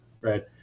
right